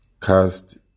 Cast